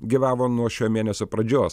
gyvavo nuo šio mėnesio pradžios